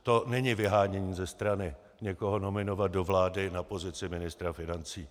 To není vyhánění ze strany, někoho nominovat do vlády na pozici ministra financí.